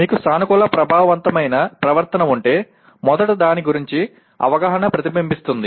మీకు సానుకూల ప్రభావవంతమైన ప్రవర్తన ఉంటే మొదట దాని గురించి అవగాహన ప్రతిబింబిస్తుంది